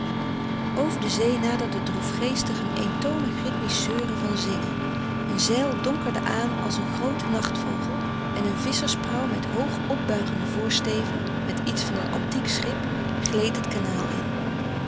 over de zee naderde droefgeestig een eentonig rhytmisch zeuren van zingen een zeil donkerde aan als een groote nachtvogel en een visschersprauw met hoog opbuigende voorsteven met iets van een antiek schip gleed het kanaal in